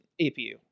APU